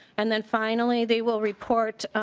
and then finally they will report